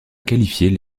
qualifier